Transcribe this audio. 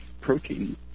protein